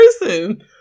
person